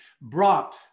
brought